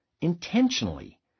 intentionally